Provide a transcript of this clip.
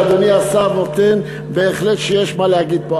גם מהנתונים שאדוני השר נותן בהחלט יש מה להגיד פה.